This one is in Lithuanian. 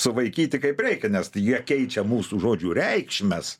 suvaikyti kaip reikia nes jie keičia mūsų žodžių reikšmes